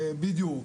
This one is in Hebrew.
בדיוק.